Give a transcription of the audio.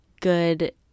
good